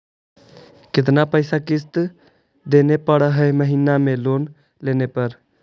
कितना पैसा किस्त देने पड़ है महीना में लोन लेने पर?